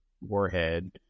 warhead